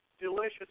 delicious